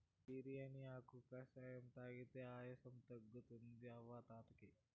బిర్యానీ ఆకు కషాయం తాగితే ఆయాసం తగ్గుతుంది అవ్వ తాత కియి